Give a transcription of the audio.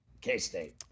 K-State